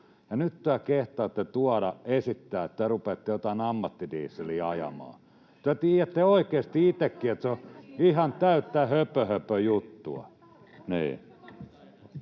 nyt te kehtaatte tuoda, esittää, että te rupeatte jotain ammattidieseliä ajamaan. Te tiedätte oikeasti itsekin, että se on [Välihuutoja